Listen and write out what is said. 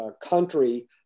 country